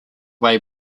way